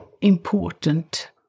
important